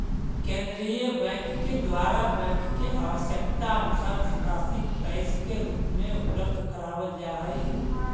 केंद्रीय बैंक के द्वारा बैंक के आवश्यकतानुसार धनराशि कैश के रूप में उपलब्ध करावल जा हई